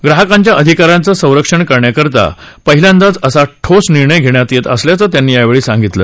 ग्राहकांच्या आधिकारांचं रक्षण करण्याकरता पहिल्यांदाच असा ठोस निर्णय घेण्यात येत असल्याचं त्यांनी यावेळी सांगितलं